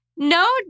No